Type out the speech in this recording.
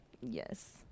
Yes